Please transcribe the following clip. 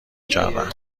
کردم